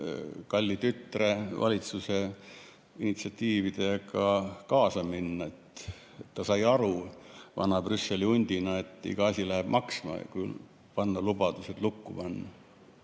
kalli tütre valitsuse initsiatiividega kaasa minna. Ta sai aru vana Brüsseli hundina, et iga asi läheb maksma, kui lubadused lukku panna.